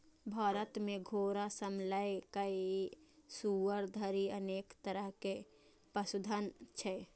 भारत मे घोड़ा सं लए कए सुअर धरि अनेक तरहक पशुधन छै